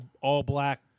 all-black